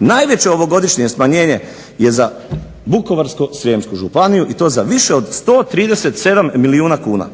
Najveće ovogodišnje smanjenje je za Vukovarsko-srijemsku županiju i to za više od 137 milijuna kuna.